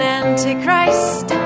antichrist